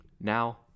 Now